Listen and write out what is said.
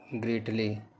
greatly